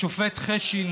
השופט חשין,